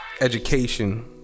education